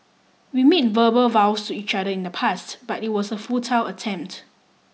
we made verbal vows to each other in the past but it was a futile attempt